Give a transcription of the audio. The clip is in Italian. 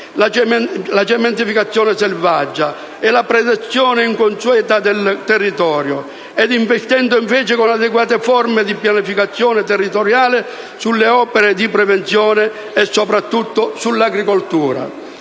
la cementificazione selvaggia e la predazione inconsulta del territorio. Si dovrebbe invece investire, con adeguate forme di pianificazione territoriale, sulle opere di prevenzione e soprattutto sull'agricoltura,